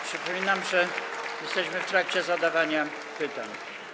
Przypominam, że jesteśmy w trakcie zadawania pytań.